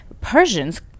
Persians